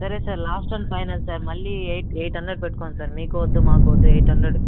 సరే sir last and final sir మల్లీ eight eight hundred పెట్టుకోండి సార్ మీకు వద్దు మాకు వద్దు ఎయిట్ హండ్రడ్